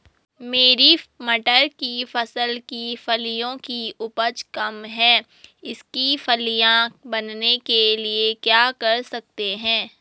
मेरी मटर की फसल की फलियों की उपज कम है इसके फलियां बनने के लिए क्या कर सकते हैं?